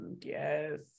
Yes